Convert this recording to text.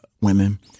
women